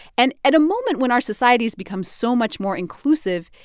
and at a moment when our society's become so much more inclusive,